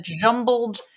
jumbled